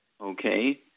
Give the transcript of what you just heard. Okay